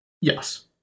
Yes